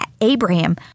Abraham